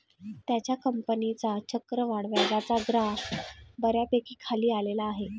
त्याच्या कंपनीचा चक्रवाढ व्याजाचा ग्राफ बऱ्यापैकी खाली आलेला आहे